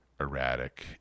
erratic